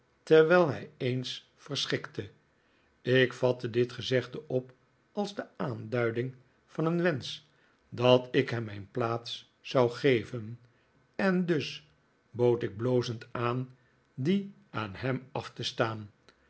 terwijl hij eens verschikte ik vatte dit gezegde op als de aanduiding van een wensch dat ik hem mijn plaats zou geven en dus bood ik blozend aan die aan hem af te staan